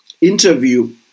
interview